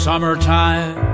Summertime